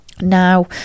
now